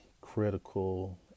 critical